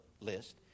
list